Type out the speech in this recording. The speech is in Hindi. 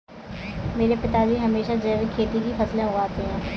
मेरे पिताजी हमेशा जैविक खेती की फसलें उगाते हैं